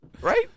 Right